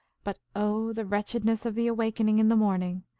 but oh, the wretchedness of the awaking in the morning!